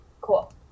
Cool